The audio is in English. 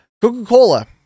Coca-Cola